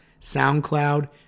SoundCloud